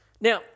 now